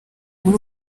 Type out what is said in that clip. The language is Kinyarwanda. uri